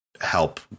help